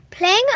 Playing